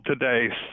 today